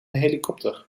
helikopter